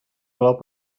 clau